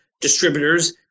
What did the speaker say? distributors